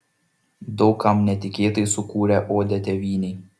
daug kam netikėtai sukūrė odę tėvynei